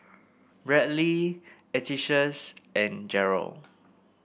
bradly Atticus and Gerald